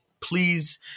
please